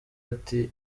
ati